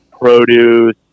produce